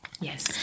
Yes